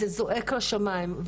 זה זועק לשמיים.